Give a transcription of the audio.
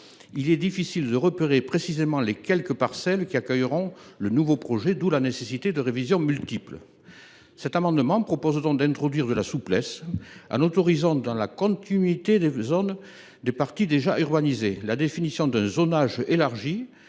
Il est difficile de repérer précisément les quelques parcelles qui accueilleront le nouveau projet, d’où la nécessité de multiples révisions. Par cet amendement, je propose donc d’introduire de la souplesse en autorisant, dans la continuité des parties déjà urbanisées, la définition d’un zonage élargi